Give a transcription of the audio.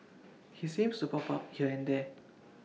he seems to pop up here and there